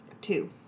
Two